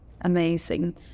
Amazing